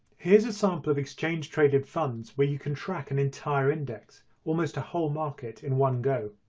here's a sample of exchange-traded funds where you can track an entire index, almost a whole market, in one go.